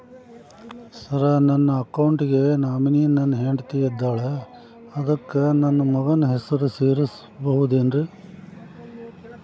Sir ನನ್ನ account ಗೆ nominee ನನ್ನ ಹೆಂಡ್ತಿ ಇದ್ದಾಳ ಅದಕ್ಕ ನನ್ನ ಮಗನ ಹೆಸರು ಸೇರಸಬಹುದೇನ್ರಿ?